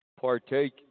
partake